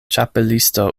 ĉapelisto